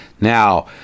Now